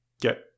get